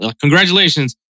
congratulations